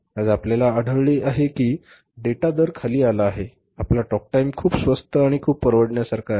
आज आपल्याला आढळले आहे की डेटा दर खाली आला आहे आपला talk time खूप स्वस्त आणि खूप परवडण्यासारखा आहे